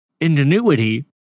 ingenuity